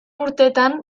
urtetan